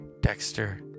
Dexter